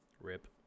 Rip